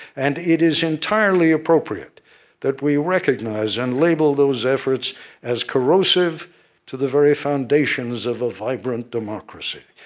and it is entirely appropriate that we recognize and label those efforts as corrosive to the very foundations of a vibrant democracy.